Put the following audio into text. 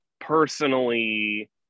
personally